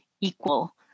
equal